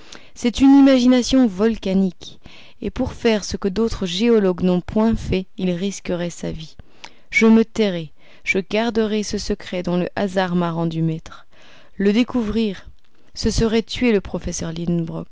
c'est une imagination volcanique et pour faire ce que d'autres géologues n'ont point fait il risquerait sa vie je me tairai je garderai ce secret dont le hasard m'a rendu maître le découvrir ce serait tuer le professeur